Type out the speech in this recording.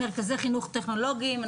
מרכזי חיוך טכנולוגיים.